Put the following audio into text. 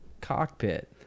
cockpit